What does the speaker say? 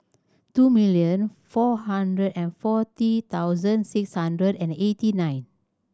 two million four hundred and forty thousand six hundred and eighty nine